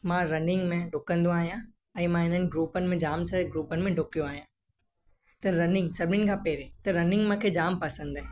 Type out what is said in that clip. मां रनिंग में डुकंदो आहियां ऐं मां हिननि ग्रुपनि में जाम सारी ग्रुपनि में डुकियो आहियां त रनिंग सभिनि खां पहिरीं त रनिंग मूंखे जाम पसंदि आहे